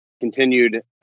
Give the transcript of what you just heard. continued